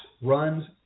runs